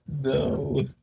No